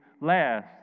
last